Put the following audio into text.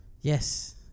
yes